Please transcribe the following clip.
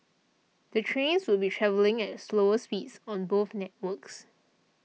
the trains would be travelling at slower speeds on both networks